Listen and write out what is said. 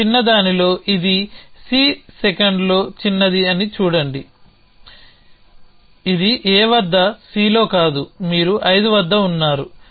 ఆ చిన్నదానిలో ఇది C సెకండ్లో చిన్నది అని చూడండి ఇది A వద్ద Cలో కాదు మీరు ఐదు వద్ద ఉన్నారు